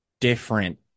different